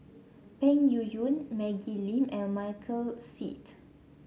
Peng Yuyun Maggie Lim and Michael Seet